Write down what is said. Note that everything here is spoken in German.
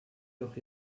noch